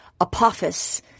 Apophis